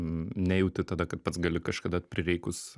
nejauti tada kad pats gali kažkada prireikus